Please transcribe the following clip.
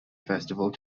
festival